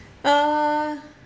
uh